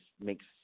makes